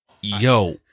Yo